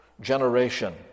generation